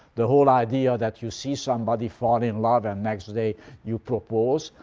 the whole idea that you see somebody, fall in love, and next day you propose,